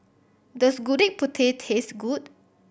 does Gudeg Putih taste good